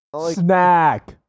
Snack